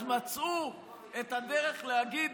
אז מצאו את הדרך להגיד,